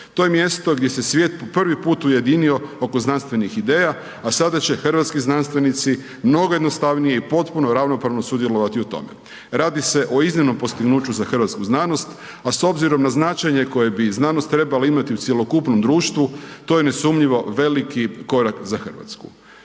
to je mjesto gdje se svijet po prvi put ujedinio oko znanstvenih ideja a sada će hrvatski znanstvenici mnogo jednostavnije i potpuno ravnopravno sudjelovati u tome. Radi se o iznimnom postignuću za hrvatsku znanost a s obzirom na značenje koje bi znanost trebala imati u cjelokupnom društvu, to je nesumnjivo veliki korak za Hrvatsku.